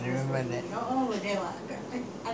evening got the reception lah your brother's wedding